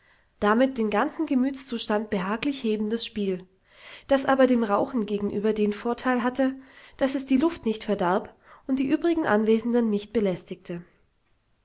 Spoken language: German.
damit den ganzen gemütszustand behaglich hebendes spiel das aber dem rauchen gegenüber den vorteil hatte daß es die luft nicht verdarb und die übrigen anwesenden nicht belästigte